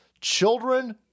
children